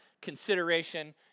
consideration